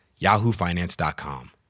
yahoofinance.com